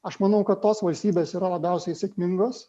aš manau kad tos valstybės yra labiausiai sėkmingos